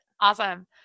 Awesome